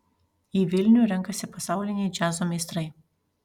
į vilnių renkasi pasauliniai džiazo meistrai